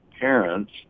parents